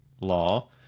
law